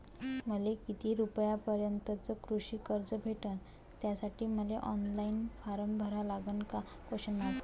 मले किती रूपयापर्यंतचं कृषी कर्ज भेटन, त्यासाठी मले ऑनलाईन फारम भरा लागन का?